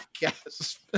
guess